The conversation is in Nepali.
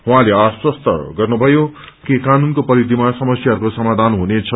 उहाँले आश्वस्त गर्नुभयो कि कानूनको परिथिमा समस्याहरूको समाधान हुनेछ